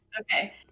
Okay